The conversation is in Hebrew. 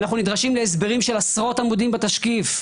אנו נדרשים להסברים של עשרות עמודים בתשקיף,